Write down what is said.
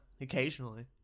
occasionally